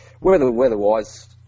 weather-wise